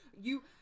you-